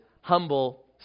humble